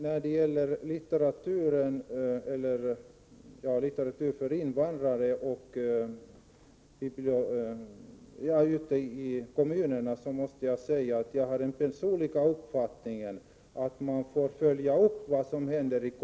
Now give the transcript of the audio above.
När det gäller litteratur för invandrare ute i kommunerna har jag den personliga uppfattningen att man måste följa upp vad som händer.